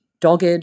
dogged